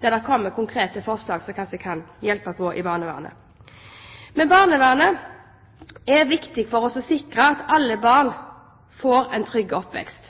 der det kommer konkrete forslag som kanskje kan hjelpe på i barnevernet. Barnevernet er viktig for å sikre at alle barn får en trygg oppvekst.